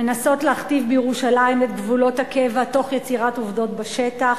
מנסות להכתיב בירושלים את גבולות הקבע תוך יצירת עובדות בשטח.